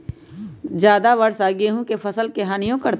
ज्यादा वर्षा गेंहू के फसल के हानियों करतै?